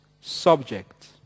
subject